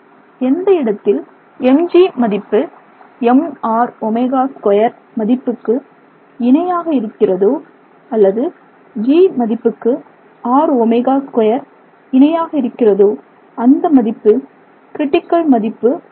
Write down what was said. எந்த இடத்தில் mg மதிப்பு mrω2 மதிப்புக்கு இணையாக இருக்கிறதோ அல்லது g மதிப்புக்கு rω2 இணையாக இருக்கிறதோ அந்த மதிப்பு க்ரிட்டிக்கல் மதிப்பு ஆகும்